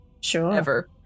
Sure